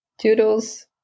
toodles